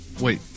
Wait